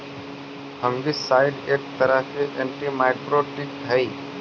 fungicide एक तरह के एंटिमाइकोटिक हई